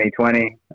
2020